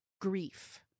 grief